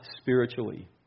spiritually